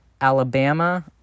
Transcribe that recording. Alabama